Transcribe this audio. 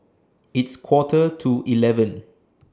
its Quarter to eleven